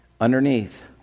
Underneath